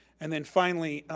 and then finally,